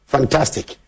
Fantastic